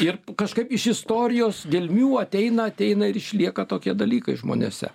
ir kažkaip iš istorijos gelmių ateina ateina ir išlieka tokie dalykai žmonėse